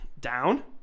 Down